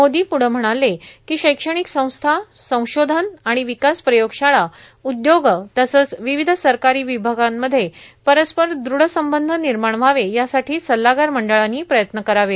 मोदी प्ढं म्हणाले की शैक्षणिक संस्था संशोधन आणि विकास प्रयोगशाळा उद्योग तसंच विविध सरकारी विभागांमध्ये परस्पर दृढ संबंध निर्माण व्हावे यासाठी सल्लागार मंडळानी प्रयत्न करावे